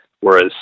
whereas